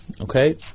Okay